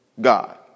God